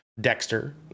Dexter